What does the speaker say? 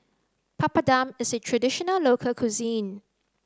papadum is a traditional local cuisine